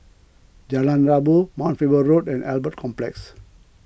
Jalan Rabu Mount Faber Road and Albert Complex